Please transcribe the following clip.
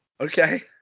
Okay